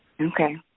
Okay